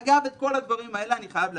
אגב, את כל הדברים האלה, אני חייב להגיד,